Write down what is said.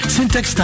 Syntax